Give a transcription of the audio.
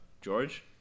George